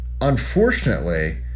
unfortunately